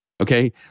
Okay